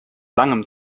langem